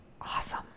Awesome